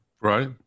Right